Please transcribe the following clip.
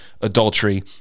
adultery